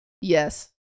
yes